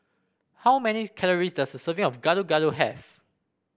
how many calories does a serving of Gado Gado have